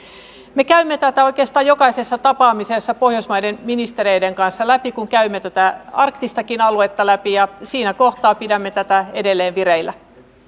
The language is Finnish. me käymme läpi tätä oikeastaan jokaisessa tapaamisessa pohjoismaiden ministereiden kanssa kun käymme tätä arktistakin aluetta läpi ja siinä kohtaa pidämme tätä edelleen vireillä